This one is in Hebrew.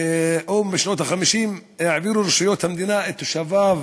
עת העבירו רשויות המדינה את תושביו